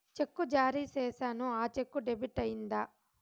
చెక్కు జారీ సేసాను, ఆ చెక్కు డెబిట్ అయిందా